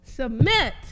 Submit